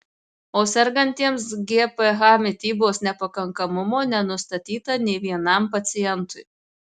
o sergantiems gph mitybos nepakankamumo nenustatyta nė vienam pacientui